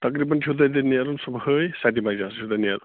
تقریٖبن چھُو تۄہہِ تَتہِ نیرُن صُبحٲے سَتہِ بجہِ حظ چھُو تۄہہِ نیرُن